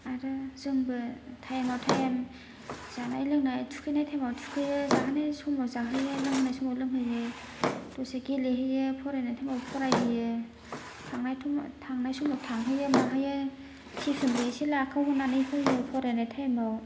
आरो जोंबो टाइमा याव टाइम जानाय लोंनाय थुखैनाय समाव थुखैयो जाहोनाय समाव जाहोयो लोंहोनाय समाव लोंहोयो दसे गेलेहोयो फरायनाय टाइमाव फरायहैयो थांनाय समाव थांहोयो माहोयो टिउसनबो इसे लाखावहोना होयो फरायनाय टाइमाव